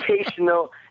educational